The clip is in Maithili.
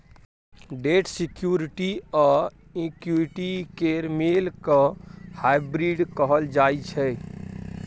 डेट सिक्युरिटी आ इक्विटी केर मेल केँ हाइब्रिड कहल जाइ छै